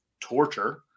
torture